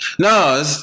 No